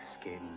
skin